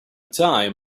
time